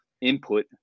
input